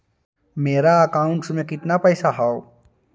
मेरा अकाउंटस में कितना पैसा हउ?